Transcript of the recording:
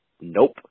Nope